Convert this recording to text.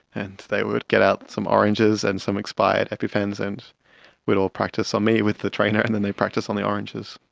and they would get out some oranges and some expired epi-pens and we would all practice on me with the trainer and then they'd practice on the oranges,